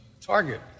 target